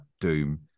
doom